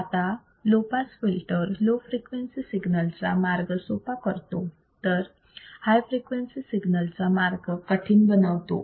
आता low pass filter low frequency signals चा मार्ग सोपा करतो तर हाय फ्रिक्वेन्सी सिग्नल्स चा मार्ग कठीण बनवतो